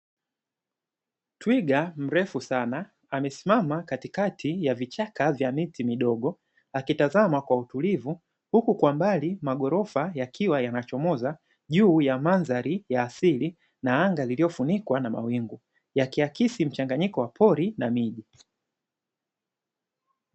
Twiga mrefu sana, amesimama katikati ya vichaka vya miti midogo, akitizama kwa utulivu, huku kwa mbali maji yakiwa yanachomoza juu ya mandhari ya asili na anga lililofunikwa na mawingu, yakiakisi mchanganyiko wa pori na miji.